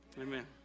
Amen